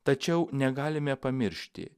tačiau negalime pamiršti